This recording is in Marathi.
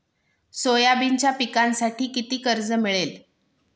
सोयाबीनच्या पिकांसाठी किती कर्ज मिळेल?